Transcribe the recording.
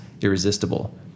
irresistible